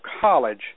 College